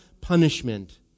punishment